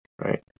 right